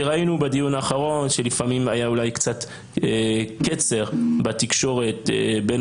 כי ראינו בדיון האחרון שלפעמים היה אולי קצת קצר בתקשורת בין